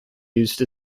used